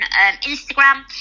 Instagram